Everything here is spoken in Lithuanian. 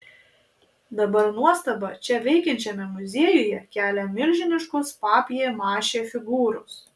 dabar nuostabą čia veikiančiame muziejuje kelia milžiniškos papjė mašė figūros